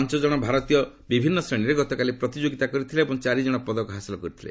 ପାଞ୍ଚ ଜଣ ଭାରତୀୟ ବିଭିନ୍ନ ଶ୍ରେଣୀରେ ଗତକାଲି ପ୍ରତିଯୋଗିତା କରିଥିଲେ ଏବଂ ଚାରିଜଣ ପଦକ ହାସଲ କରିଥିଲେ